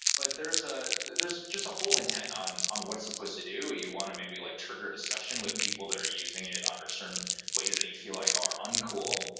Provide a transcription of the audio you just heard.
but there's ah there's just a whole intent on on what it's supposed to do. you want to maybe like trigger discussion with people that are using it under certain ways that you feel like are uncool.